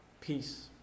Peace